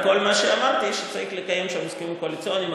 רק כל מה שאמרתי הוא שצריך לקיים הסכמים קואליציוניים,